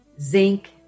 zinc